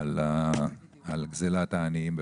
על גזלת העניים בבתינו,